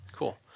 Cool